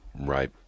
right